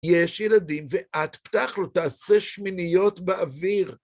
יש ילדים, ואת פתח לו, תעשה שמיניות באוויר.